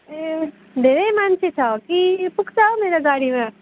ए धेरै मान्छे छ कि पुग्छ हौ मेरो गाडीमा